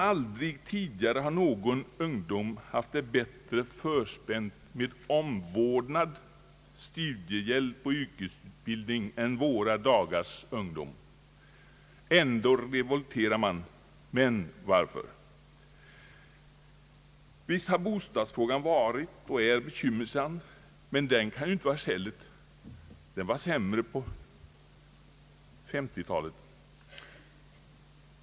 Aldrig tidigare har ungdomen haft det bättre förspänt med omvårdnad, studiehjälp och yrkesutbildning än våra dagars ungdom. Ändå revolterar man. Varför? Visst har bostadsfrågan varit och är bekymmersam, men den kan ju inte vara skälet. Bostadssituationen var än sämre på 1950-talet.